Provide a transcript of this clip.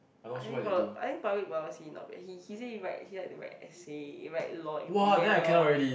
I think for I think public policy not bad he he say he write he like to write essay he write law implement law